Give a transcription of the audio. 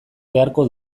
beharko